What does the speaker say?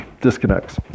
disconnects